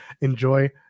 enjoy